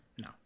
no